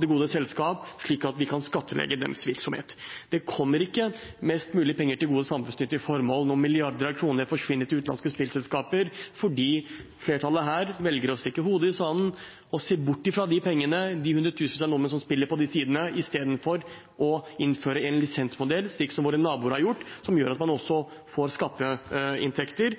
det gode selskap, slik at vi kan skattlegge deres virksomhet. Det kommer ikke mest mulig penger til gode samfunnsnyttige formål når milliarder av kroner forsvinner til utenlandske spillselskaper fordi flertallet her velger å stikke hodet i sanden og se bort fra pengene fra de hundretusener av nordmenn som spiller på de sidene, istedenfor å innføre en lisensmodell, slik våre naboer har gjort, som gjør at man også får skatteinntekter